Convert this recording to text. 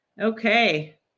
Okay